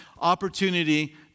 opportunity